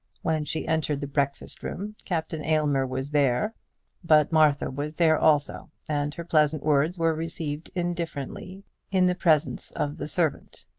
when she entered the breakfast-room captain aylmer was there but martha was there also, and her pleasant words were received indifferently in the presence of the servant.